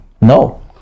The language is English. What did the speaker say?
no